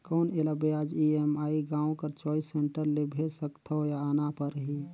कौन एला ब्याज ई.एम.आई गांव कर चॉइस सेंटर ले भेज सकथव या आना परही?